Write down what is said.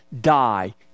die